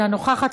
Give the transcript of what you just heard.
אינה נוכחת,